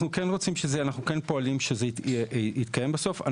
אנחנו כן פועלים שזה יתקיים בסוף.